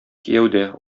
кияүдә